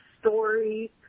story